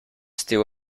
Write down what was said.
still